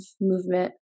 movement